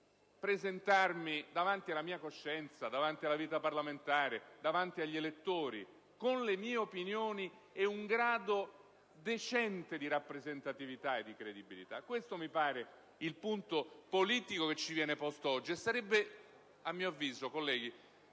presentarmi davanti alla mia coscienza, alla vita parlamentare e agli elettori con le mie opinioni e un grado decente di rappresentatività e credibilità? Questo mi pare il punto politico che ci viene posto oggi; sarebbe sbagliato sottovalutarlo, colleghi.